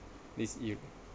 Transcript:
this ill~